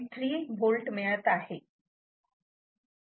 3 V मिळत आहे